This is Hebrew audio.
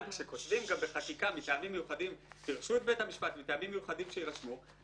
כשכותבים בחקיקה "ברשות בית המשפט" ו"מטעמים מיוחדים שיירשמו",